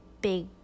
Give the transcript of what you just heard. big